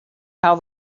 how